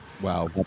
Wow